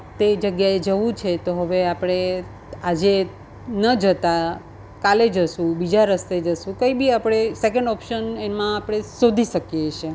તે જગ્યાએ જવું છે તો હવે આપણે આજે ન જતાં કાલે જશું બીજા રસ્તે જશું કંઈ બી આપણે સેકંડ ઓપ્શન એમાં આપણે શોધી શકીએ છે